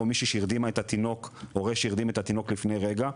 הורה שהרדים את התינוק לפני רגע,